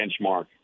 benchmark